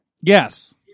Yes